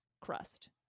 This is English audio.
crust